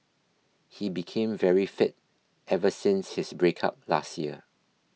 he became very fit ever since his breakup last year